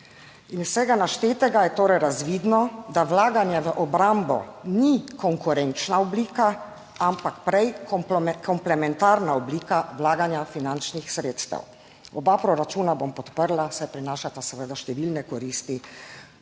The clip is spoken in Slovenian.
vsega naštetega je torej razvidno, da vlaganje v obrambo ni konkurenčna oblika, ampak prej komplementarna oblika vlaganja finančnih sredstev. Oba proračuna bom podprla, saj prinašata seveda številne koristi.